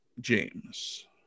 James